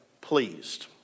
pleased